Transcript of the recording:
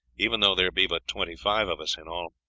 even though there be but twenty-five of us in all.